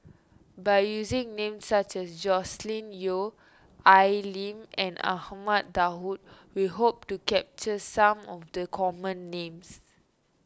by using names such as Joscelin Yeo Al Lim and Ahmad Daud we hope to capture some of the common names